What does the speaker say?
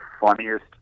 funniest